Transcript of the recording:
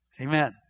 Amen